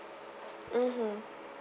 mmhmm